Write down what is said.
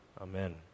Amen